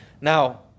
Now